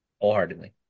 wholeheartedly